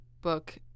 book